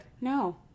No